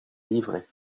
livrés